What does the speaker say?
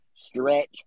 stretch